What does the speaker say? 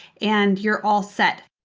and you're all set.